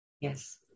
Yes